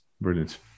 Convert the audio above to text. Brilliant